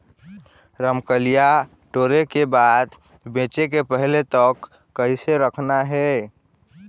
रमकलिया टोरे के बाद बेंचे के पहले तक कइसे रखना हे?